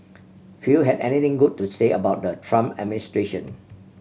few had anything good to say about the Trump administration